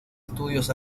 estudios